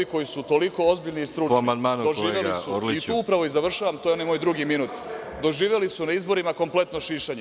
Ovi koji su toliko ozbiljni i stručni doživeli su, tu upravo i završavam, to je onaj moj drugi minut, doživeli su na izborima kompletno šišanje.